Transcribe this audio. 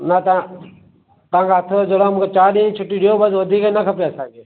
न तव्हां तव्हां खां हथ थो जोड़ियां मूंखे चार ॾींहं जी छुटी ॾियो बसि वधीक न खपे असांखे